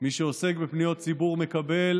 מי שעוסק בפניות ציבור מקבל